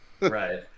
Right